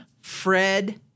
Fred